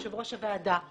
יושב-ראש הוועדה,